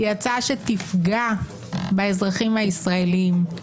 היא הצעה שתפגע באזרחים הישראלים.